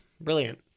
Brilliant